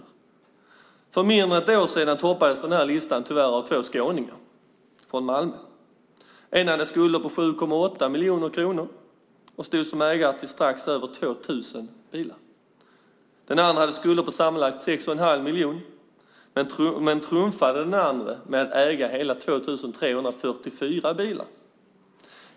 För mindre än ett år sedan toppades listan tyvärr av två skåningar från Malmö. En hade skulder på 7,8 miljoner kronor och stod som ägare till strax över 2 000 bilar. Den andre hade skulder på sammanlagt 6,5 miljoner men övertrumfade den andre med att äga hela 2 344 bilar.